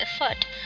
effort